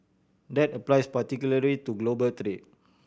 that applies particularly to global trade